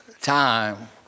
time